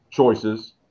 choices